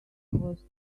was